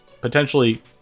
Potentially